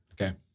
Okay